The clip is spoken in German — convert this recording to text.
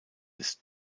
ist